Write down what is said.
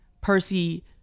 percy